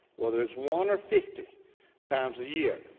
whether it's one or fifty times a year.